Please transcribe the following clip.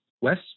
Wes